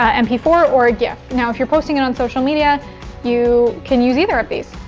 and p four or giff. now, if you're posting it on social media you can use either of these.